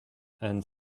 and